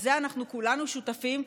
ובזה אנחנו כולנו שותפים,